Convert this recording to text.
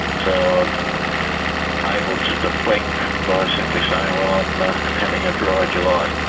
and so i'm able to deflect by simply saying i'm ah having a dry july.